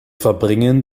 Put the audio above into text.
verbringen